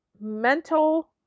mental